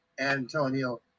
Antonio